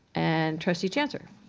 and trustee chancer?